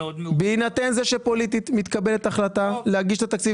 זה שפוליטית מתקבלת החלטה להגיש את התקציב